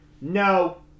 no